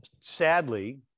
sadly